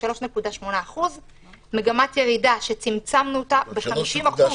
3.8%. זאת מגמת ירידה שצמצמנו ב-50%.